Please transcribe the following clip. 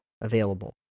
available